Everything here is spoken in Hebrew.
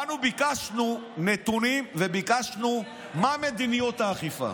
באנו וביקשנו נתונים ושאלנו מה מדיניות האכיפה.